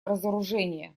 разоружение